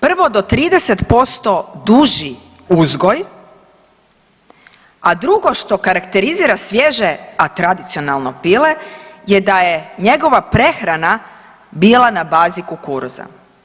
Prvo, do 30% duži uzgoj, a drugo što karakterizira svježe, a tradicionalno pile je da je njegova prehrana bila na bazi kukuruza.